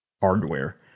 hardware